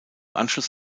anschluss